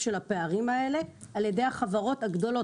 של הפערים האלה על ידי החברות הגדולות.